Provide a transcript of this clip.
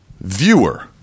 viewer